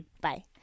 bye